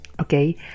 Okay